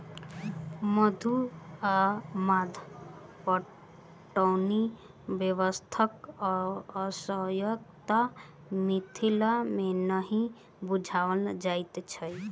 मद्दु वा मद्दा पटौनी व्यवस्थाक आवश्यता मिथिला मे नहि बुझना जाइत अछि